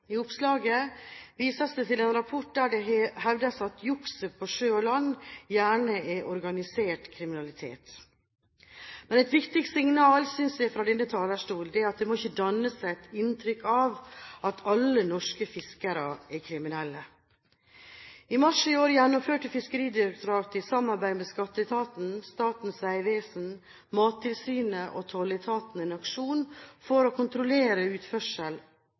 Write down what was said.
I rapporten hevdes det at «jukset på sjø og land gjerne er organisert kriminalitet». Men et viktig signal – synes jeg – fra denne talerstol er at det må ikke danne seg et inntrykk av at alle norske fiskere er kriminelle. I mars i år gjennomførte Fiskeridirektoratet, i samarbeid med Skatteetaten, Statens vegvesen, Mattilsynet og tolletaten, en aksjon for å kontrollere utførsel